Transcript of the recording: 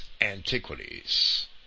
Antiquities